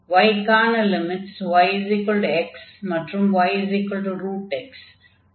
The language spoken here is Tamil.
y க்கான லிமிட்ஸ் yx மற்றும் yx